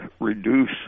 reduce